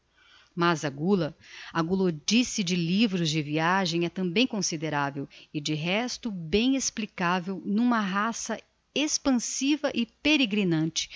mas a gula a gulodice de livros de viagem é tambem consideravel e de resto bem explicavel n'uma raça expansiva e